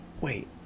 Wait